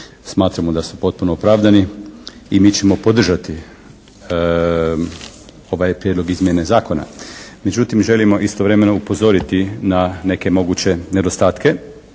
Smatramo da su potpuno opravdani. I mi ćemo podržati ovaj prijedlog izmjene zakona. Međutim, želimo istovremeno upozoriti na neke moguće nedostatke